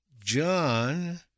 John